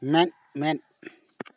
ᱢᱮᱸᱫ ᱢᱮᱸᱫ